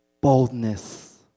boldness